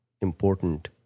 important